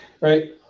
right